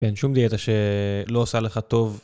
אין שום דיאטה שלא עושה לך טוב.